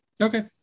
Okay